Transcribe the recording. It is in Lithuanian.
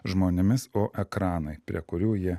žmonėmis o ekranai prie kurių jie